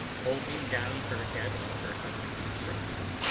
holding down her head on her husband's breast.